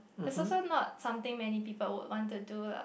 is also not something many people would want to do lah